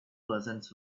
persons